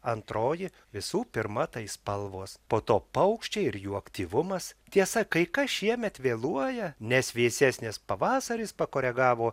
antroji visų pirma tai spalvos po to paukščiai ir jų aktyvumas tiesa kai kas šiemet vėluoja nes vėsesnis pavasaris pakoregavo